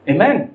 Amen